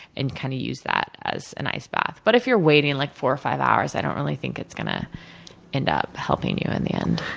and, kind of use that as an ice bath. but, if you're waiting and like four or five hours, i don't think it's gonna end up helping you in the end.